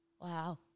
Wow